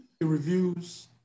Reviews